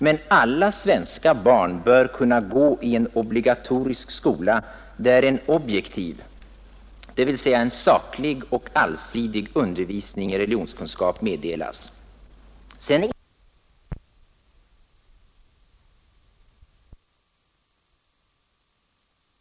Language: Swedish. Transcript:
Men alla svenska barn bör kunna gå i en obligatorisk skola, där en objektiv, dvs. saklig och allsidig, undervisning i religionskunskap meddelas. Det är säkert många i kammaren som är överens om att så många som möjligt av barnen därutöver behöver få denna undervisning kompletterad med en utbyggd och förbättrad kristen undervisning och fostran i församlingarnas och samfundens regi. Därvidlag har vi alla anledning att se om vårt hus, men det är faktiskt inte riksdagens angelägenhet.